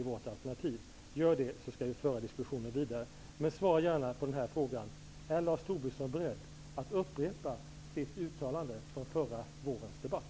Gör detta, och sedan skall vi föra diskussionen vidare. Svara gärna på följande fråga. Är Lars Tobisson beredd att upprepa sitt uttalande från förra vårens debatt?